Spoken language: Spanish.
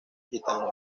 gitanos